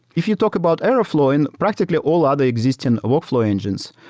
if you talk about airflow, and practically all other existing workflow engines,